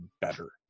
better